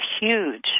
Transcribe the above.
huge